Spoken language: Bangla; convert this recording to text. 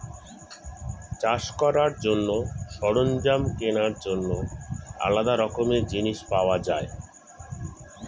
চাষ করার জন্য সরঞ্জাম কেনার জন্য আলাদা রকমের জিনিস পাওয়া যায়